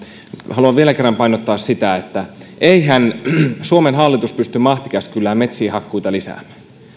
haluan vielä kerran painottaa sitä että eihän suomen hallitus pysty mahtikäskyllään metsien hakkuita lisäämään